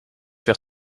weer